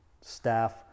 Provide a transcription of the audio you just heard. staff